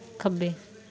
ਖੱਬੇ